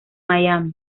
miami